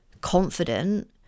confident